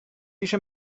eisiau